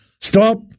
Stop